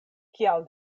kial